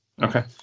Okay